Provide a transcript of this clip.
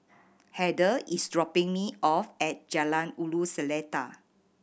Heather is dropping me off at Jalan Ulu Seletar